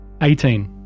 Eighteen